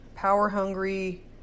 power-hungry